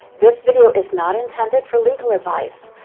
this video is not intended for legal advice,